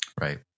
Right